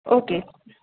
okay